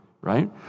right